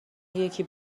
یکی